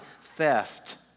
theft